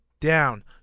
down